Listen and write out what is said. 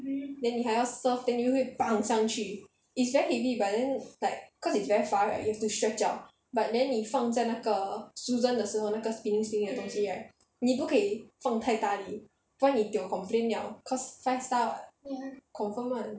then 你还要 serve then 你又会捧上去 it's very heavy but then like cause it's very far right you have to stretch out but then 你放在那个 susan 的时候那个 spinning spinning 的东西 right 你不可以放太大力不然你 tio complain liao cause five star [what] confirm [one]